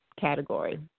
category